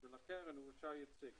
בשביל הקרן הוא שער יציג,